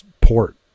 port